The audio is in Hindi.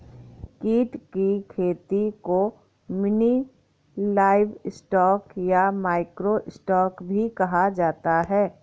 कीट की खेती को मिनी लाइवस्टॉक या माइक्रो स्टॉक भी कहा जाता है